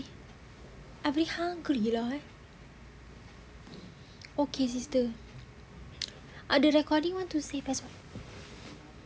I very hungry lah eh